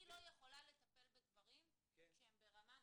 אני לא יכולה לטפל בדברים כשהם ברמה מופשטת.